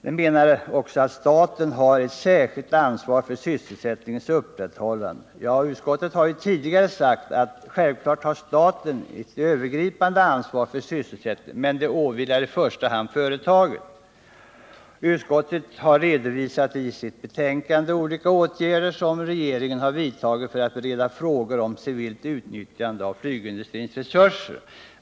De menar också att staten har ett särskilt ansvar för sysselsättningens upprätthållande. Ja, utskottet har ju tidigare sagt att självklart har staten ett övergripande ansvar för sysselsättningen, men ansvaret åvilar i första hand företaget. Utskottet har i sitt betänkande redovisat olika åtgärder som regeringen vidtagit för att bereda frågor om civilt utnyttjande av flygindustrins resurser.